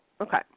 okay